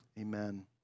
amen